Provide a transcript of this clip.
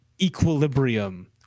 equilibrium